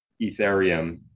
Ethereum